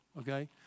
okay